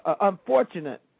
unfortunate